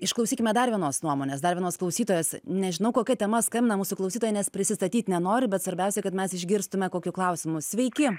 išklausykime dar vienos nuomonės dar vienos klausytojos nežinau kokia tema skambina mūsų klausytoja nes prisistatyti nenori bet svarbiausia kad mes išgirstume kokiu klausimu sveiki